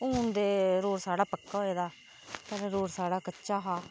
हुन ते रोड़ स्हाड़ा पक्का होए दा पैहला रोड़ स्हाड़ा कच्चा हा